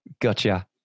gotcha